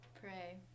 Pray